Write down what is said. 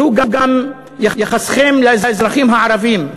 זה גם יחסכם לאזרחים הערבים.